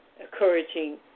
encouraging